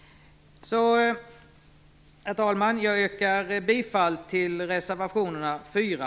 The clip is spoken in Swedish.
Herr talman! Jag yrkar bifall till reservationerna 4